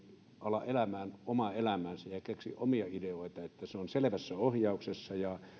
ala elämään omaa elämäänsä ja keksi omia ideoita ja että se on selvässä ohjauksessa